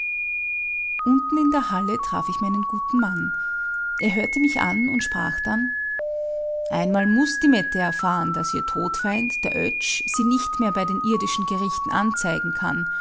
unten in der halle traf ich meinen guten mann er hörte mich an und sprach dann einmal muß die mette erfahren daß ihr todfeind der oetsch sie nicht mehr bei den irdischen gerichten anzeigen kann